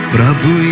Prabhu